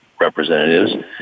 representatives